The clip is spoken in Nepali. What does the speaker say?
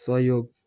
सहयोग